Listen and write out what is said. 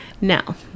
Now